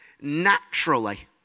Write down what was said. naturally